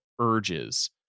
urges